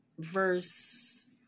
verse